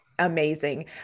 Amazing